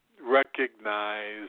recognize